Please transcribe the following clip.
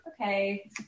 okay